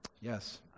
yes